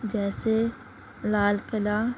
جیسے لال قلعہ